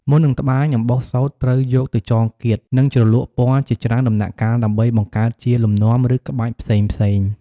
មុននឹងត្បាញ អំបោះសូត្រត្រូវយកទៅចងគាត និងជ្រលក់ពណ៌ជាច្រើនដំណាក់កាល ដើម្បីបង្កើតជាលំនាំ ឬក្បាច់ផ្សេងៗ។